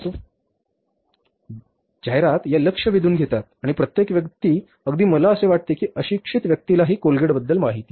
याचा अर्थ असा होतो की जाहिरात लक्ष वेधून घेतात आणि प्रत्येक व्यक्ती अगदी मला असे वाटते की अशिक्षित व्यक्तीलाही कोलगेट बद्दल माहित आहे